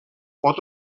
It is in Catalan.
pot